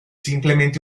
simplemente